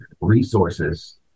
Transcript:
resources